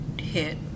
hit